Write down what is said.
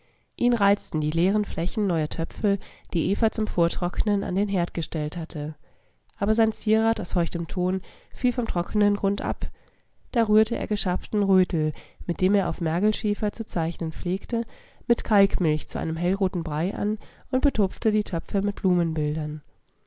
ihn reizten die leeren flächen neuer töpfe die eva zum vortrocknen an den herd gestellt hatte aber sein zierat aus feuchtem ton fiel vom trockenen grund ab da rührte er geschabten rötel mit dem er auf mergelschiefer zu zeichnen pflegte mit kalkmilch zu einem hellroten brei an und betupfte die töpfe mit